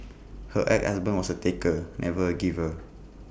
her ex husband was A taker never A giver